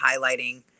highlighting